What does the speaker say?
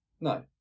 No